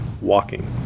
walking